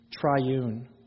triune